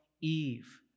Eve